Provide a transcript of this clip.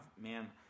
man